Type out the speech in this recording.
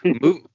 move